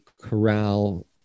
Corral